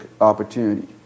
opportunity